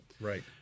Right